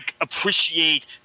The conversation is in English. appreciate